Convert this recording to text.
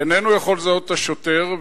איננו יכול לזהות את השוטר,